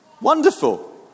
Wonderful